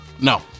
No